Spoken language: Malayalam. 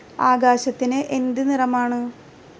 ആകാശത്തിന് എന്ത് നിറമാണ്